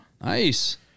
Nice